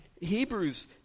Hebrews